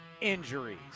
injuries